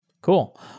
cool